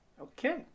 okay